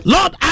Lord